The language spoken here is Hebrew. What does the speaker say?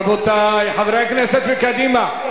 רבותי חברי הכנסת מקדימה,